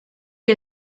que